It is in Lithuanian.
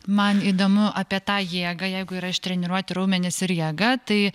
man įdomu apie tą jėgą jeigu yra ištreniruoti raumenys ir jėga tai